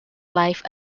life